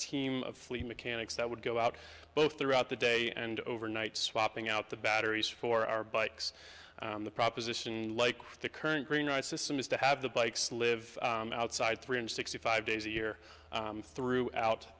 team of fleet mechanics that would go out both throughout the day and over night swapping out the batteries for our bikes on the proposition like the current green ice system is to have the bikes live outside three hundred sixty five days a year throughout